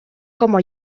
como